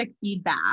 feedback